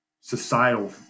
societal